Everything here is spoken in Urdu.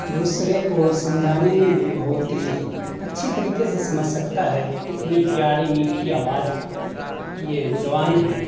دوسرے کو سمجھانے میں بھی بہت ہی اچھی طریقے سے سمجھ سکتا ہے اتنی پیاری میٹھی آواز یہ زبان ہے